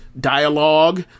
dialogue